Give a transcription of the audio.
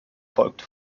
folgt